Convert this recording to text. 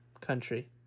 country